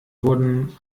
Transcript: wurden